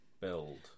build